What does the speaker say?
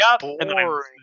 boring